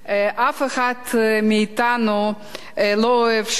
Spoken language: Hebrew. אף אחד מאתנו לא אוהב שביתות,